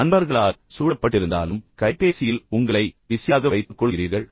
நீங்கள் நண்பர்களால் சூழப்பட்டிருந்தாலும் உங்கள் கைபேசியில் உங்களை பிஸியாக வைத்துக்கொள்கிறீர்கள்